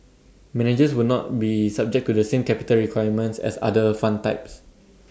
managers will not be subject to the same capital requirements as other fund types